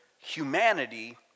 humanity